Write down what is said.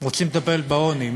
ורוצים לטפל בעוני,